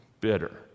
bitter